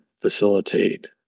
facilitate